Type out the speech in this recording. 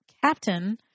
Captain